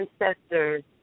ancestors